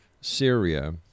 Syria